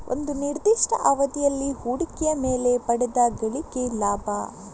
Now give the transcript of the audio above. ಒಂದು ನಿರ್ದಿಷ್ಟ ಅವಧಿಯಲ್ಲಿ ಹೂಡಿಕೆಯ ಮೇಲೆ ಪಡೆದ ಗಳಿಕೆ ಲಾಭ